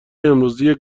امروزی